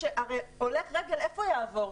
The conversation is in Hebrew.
הרי הולך רגל, איפה יעבור?